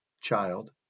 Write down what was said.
child